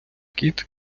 кіт